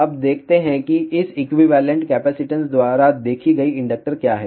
अब देखते हैं कि इस इक्विवेलेंट कैपेसिटेंस द्वारा देखी गई इंडक्टर क्या है